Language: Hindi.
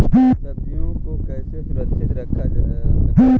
सब्जियों को कैसे सुरक्षित रख सकते हैं?